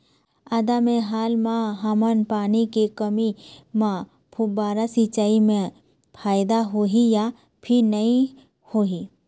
आदा मे हाल मा हमन पानी के कमी म फुब्बारा सिचाई मे फायदा होही या फिर नई होही?